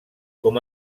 com